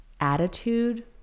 attitude